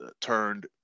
turned